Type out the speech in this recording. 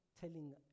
telling